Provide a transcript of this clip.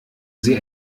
sie